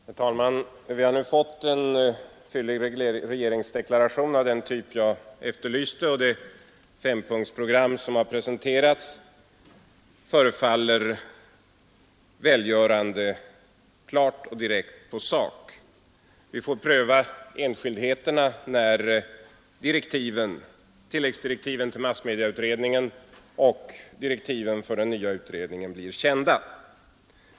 Herr talman! Vi har nu fått en fyllig regeringsdeklaration av den typ jag efterlyste, och det fempunktsprogram som har presenterats förefaller välgörande klart och direkt på sak. Vi får pröva enskildheterna när tilläggsdirektiven till massmedieutredningen och direktiven för den nya utredningen blir kända.